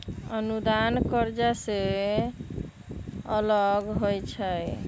अनुदान कर्जा से अलग होइ छै